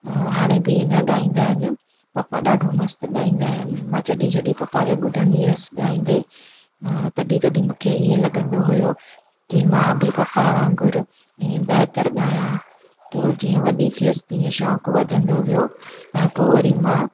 हाणे बि अञा ॻाईंदा आहिनि पप्पा ॾाढो मस्तु ॻाईंदा आहिनि मां जॾहिं जॾहिं पप्पा खे ॿुधंदी हुयसि ॻाईंदे तॾहिं तॾहिं मूंखे ईअं लॻंदो हुयो की मां बि पप्पा वांगुरु ईअं बहितर ॻायां पोइ जीअं वॾी थियसि तीअं शौक़ु वधंदो वियो ऐं पोइ वरी मां